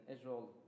Israel